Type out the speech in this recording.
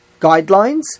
guidelines